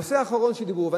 הנושא האחרון שדיברו עליו,